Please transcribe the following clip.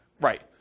Right